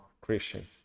Christians